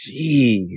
Jeez